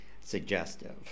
suggestive